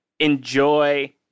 enjoy